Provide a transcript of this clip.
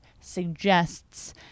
suggests